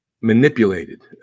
manipulated